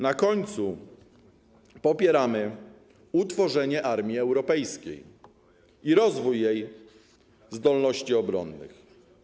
Na końcu popieramy utworzenie armii europejskiej i rozwój jej zdolności obronnych.